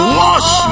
wash